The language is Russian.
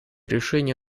решения